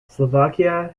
slovakia